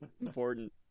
Important